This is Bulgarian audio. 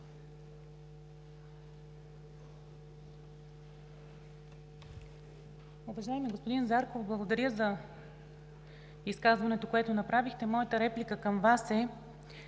Уважаеми господин Зарков, благодаря за изказването, което направихте. Моята реплика към Вас е: